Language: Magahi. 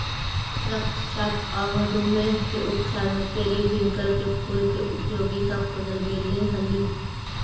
रक्तचाप आउ मधुमेह के उपचार में पेरीविंकल के फूल के उपयोगिता खोजल गेली हे